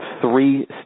three